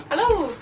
hello!